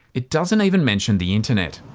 it doesn't even mention the internet.